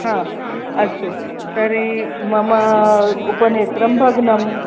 हा अस्तु तर्हि मम उपनेत्रं भग्नं